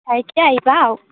ଖାଇକି ଆସିବା ଆଉ